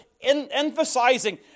emphasizing